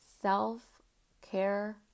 self-care